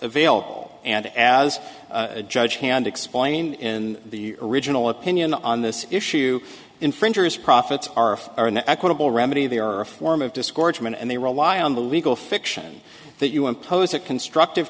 available and as a judge hand explained in the original opinion on this issue infringers profits are are an equitable remedy they are a form of discouragement and they rely on the legal fiction that you impose a constructive